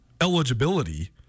eligibility